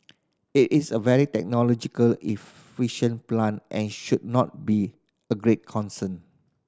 it is a very technologically efficient plant and should not be of great concern